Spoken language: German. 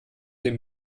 dem